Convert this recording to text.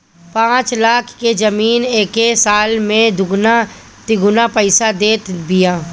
पाँच लाख के जमीन एके साल में दुगुना तिगुना पईसा देत बिया